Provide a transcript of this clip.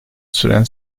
süren